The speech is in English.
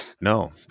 No